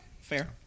Fair